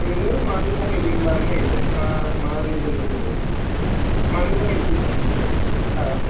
नोङो मानि थाखाय लिभ लानो नागेरदों मा रिजननि थाखाय मानि थाखाय हा